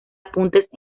apuntes